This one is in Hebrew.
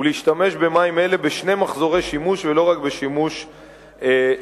ולהשתמש במים אלה בשני מחזורי שימוש ולא רק בשימוש יחיד.